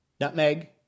nutmeg